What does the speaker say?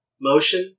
motion